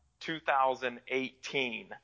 2018